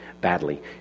badly